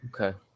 Okay